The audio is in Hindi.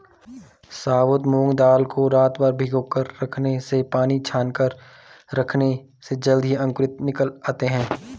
साबुत मूंग दाल को रातभर भिगोकर रखने से पानी छानकर रखने से जल्दी ही अंकुर निकल आते है